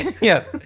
yes